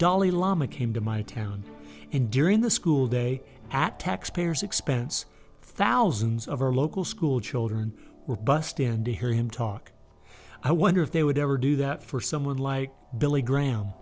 dalai lama came to my town and during the school day at taxpayers expense thousands of our local schoolchildren were bussed in to hear him talk i wonder if they would ever do that for someone like billy graham